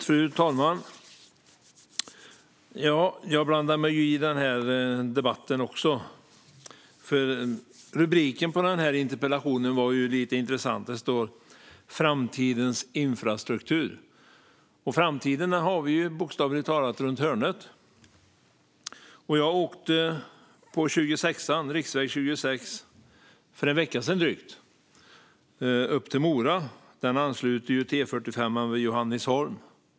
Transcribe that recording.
Fru talman! Jag blandar mig också i denna debatt. Rubriken på interpellationen är intressant: "Framtidens infrastruktur", och framtiden har vi ju runt hörnet. Jag åkte upp till Mora på riksväg 26 för drygt en vecka sedan. Den ansluter ju till E45 vid Johannesholm.